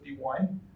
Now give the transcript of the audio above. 51